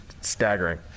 staggering